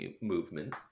movement